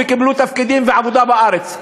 וקיבלו תפקידים ועבודה בארץ,